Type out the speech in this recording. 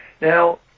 Now